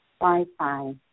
Wi-Fi